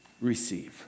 receive